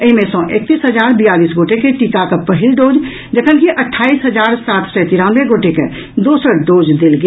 एहि मे सँ एकतीस हजार बियालीस गोटे के टीकाक पहिल डोज जखनकि अट्ठाईस हजार सात सय तिरानवे गोटे के दोसर डोज देल गेल